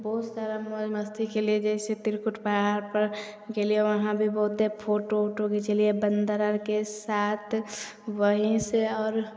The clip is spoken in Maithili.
बहुत सारा मौज मस्ती केलिए जइसे त्रिकुट पहाड़ पर गेलिए वहाँ भी बहुत्ते फोटो उटो घीचेलिए बन्दर आरके साथ वही से आओर